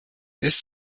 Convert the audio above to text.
ist